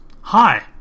Hi